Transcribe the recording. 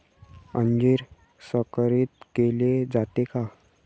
अंजीर संकरित केले जाते का?